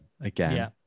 again